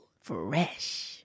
Fresh